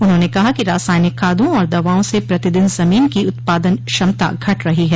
उन्होंने कहा कि रासायनिक खादों और दवाओं से प्रतिदिन जमीन की उत्पादन क्षमता घट रही है